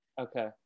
Okay